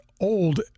old